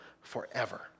forever